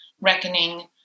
reckoning